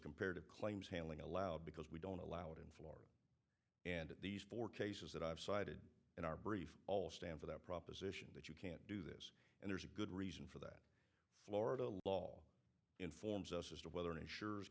comparative claims handling allowed because we don't allow it in full and these four cases that i've cited in our brief all stand for that proposition that you can't do this and there's a good reason for that florida law informs us as to whether insurers